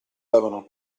lavano